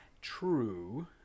True